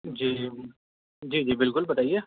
جی جی جی جی بالکل بتائیے